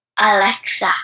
Alexa